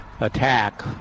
Attack